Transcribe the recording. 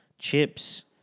Chips